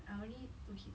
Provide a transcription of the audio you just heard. I only two kids